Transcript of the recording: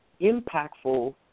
impactful